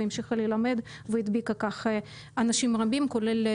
והמשיכה ללמד והדביקה כך אנשים רבים כולל,